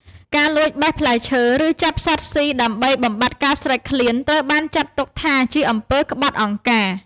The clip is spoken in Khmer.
ការលួចបេះផ្លែឈើ ឬចាប់សត្វស៊ីដើម្បីបំបាត់ការស្រេកឃ្លាន ត្រូវបានចាត់ទុកថាជាអំពើក្បត់អង្គការ។